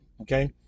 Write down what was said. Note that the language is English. Okay